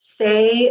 say